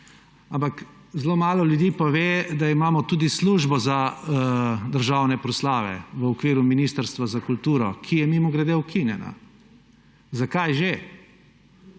ampak, zelo malo ljudi pa ve, da imamo tudi Službo za državne proslave v okviru Ministrstva za kulturo, ki je, mimogrede, ukinjena. Zakaj že?